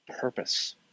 purpose